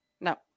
No